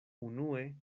unue